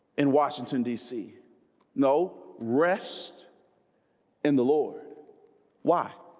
in washington dc no rest in the lord why?